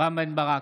רם בן ברק,